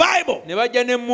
Bible